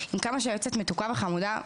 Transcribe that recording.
כי עם כמה שהיועצת מתוקה וחמודה,